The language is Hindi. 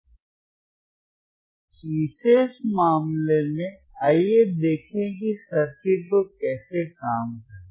तो इस विशेष मामले में आइए देखें कि सर्किट कैसे काम करेगा